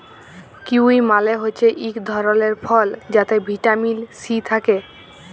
kiwi মালে হছে ইক ধরলের ফল যাতে ভিটামিল সি থ্যাকে